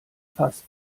fast